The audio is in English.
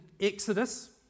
Exodus